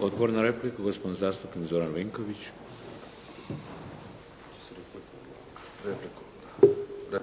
Odgovor na repliku, gospodin zastupnik Zoran Vinković. **Vinković, Zoran (SDP)**